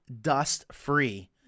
dust-free